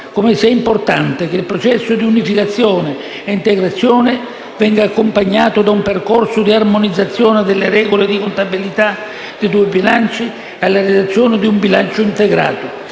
come sia importante che il processo di unificazione e integrazione venga accompagnato da un percorso di armonizzazione delle regole di contabilità dei due bilanci e dalla redazione di un bilancio integrato,